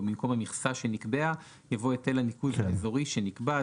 ובמקום "המכסה שנקבעה" יבוא "היטל הניקוז האזורי שנקבע".